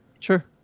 Sure